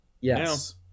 Yes